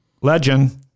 Legend